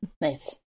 Nice